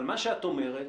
אבל מה שאת אומרת